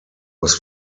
was